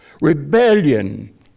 Rebellion